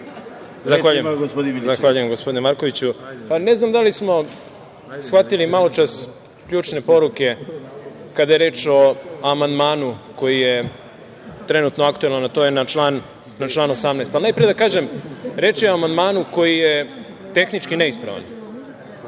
Zahvaljujem, predsedniče. Ne znam da li smo shvatili maločas ključne poruke kada je reč o amandmanu koji je trenutno aktuelan, a to je na član 18. Najpre da kažem da je reč o amandmanu koji je tehnički neispravan.